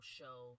show